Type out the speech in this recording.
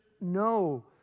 No